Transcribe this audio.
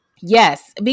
Yes